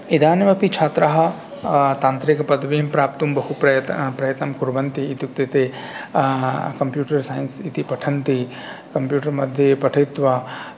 इदानीमपि छात्राः तान्त्रिकपदवीं प्राप्तुं बहु प्रयत् प्रयत्नं कुर्वन्ति इत्युक्ते ते कम्प्यूटर् सैन्स् इति पठन्ति कम्प्यूटर् मध्ये पठित्वा